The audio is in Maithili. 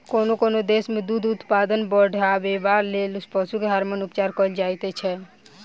कोनो कोनो देश मे दूध उत्पादन बढ़ेबाक लेल पशु के हार्मोन उपचार कएल जाइत छै